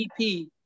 EP